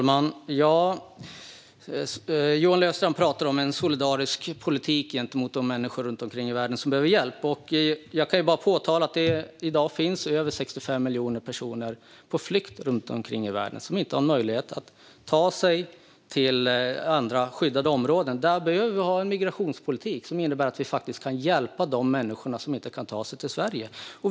Herr talman! Johan Löfstrand talar om en solidarisk politik gentemot de människor i världen som behöver hjälp. Jag kan bara påpeka att det i dag finns över 65 miljoner personer på flykt runt om i världen som inte har en möjlighet att ta sig till skyddade områden. Vi behöver ha en migrationspolitik som innebär att vi faktiskt kan hjälpa de människor som inte kan ta sig till Sverige.